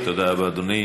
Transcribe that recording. תודה רבה, אדוני.